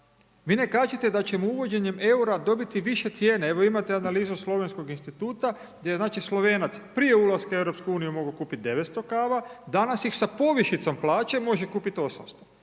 vi ne kažete da ćemo uvođenjem EUR-a dobiti više cijene, evo imate analizu Slovenskog instituta gdje je znači Slovenac prije ulaska u EU mogao kupiti 900 kava, danas ih sa povišicom plaće može kupiti 800,